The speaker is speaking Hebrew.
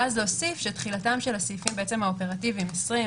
ואז להוסיף שתחילת הסעיפים האופרטיביים: 20,